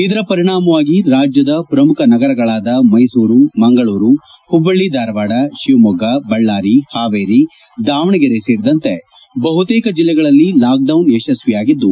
ಇದರ ಪರಿಣಾಮವಾಗಿ ರಾಜ್ಯದ ಪ್ರಮುಖ ನಗರಗಳಾದ ಮೈಸೂರು ಮಂಗಳೂರು ಹುಬ್ಲಲ್ಲಿ ಧಾರವಾಡ ಶಿವಮೊಗ್ಗ ಬಳ್ದಾರಿ ಹಾವೇರಿ ದಾವಣಗೆರೆ ಸೇರಿದಂತೆ ಬಹುತೇಕ ಜಲ್ಲೆಗಳಲ್ಲಿ ಲಾಕ್ಡೌನ್ ಯಶಸ್ವಿಯಾಗಿದ್ದು